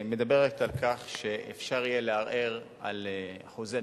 מדברת על כך שיהיה אפשר לערער על אחוזי